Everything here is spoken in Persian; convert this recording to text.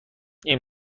این